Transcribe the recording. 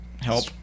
help